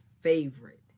favorite